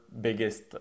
biggest